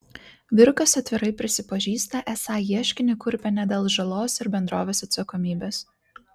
vyrukas atvirai prisipažįsta esą ieškinį kurpia ne dėl žalos ir bendrovės atsakomybės